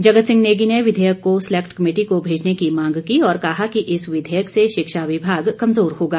जगत सिंह नेगी ने विधेयक को सलेक्ट कमेटी को भेजने की मांग की और कहा कि इस विधेयक से शिक्षा विभाग कमजोर होगा